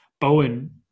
Bowen